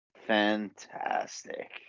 fantastic